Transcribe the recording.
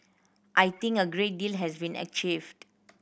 I think a great deal has been achieved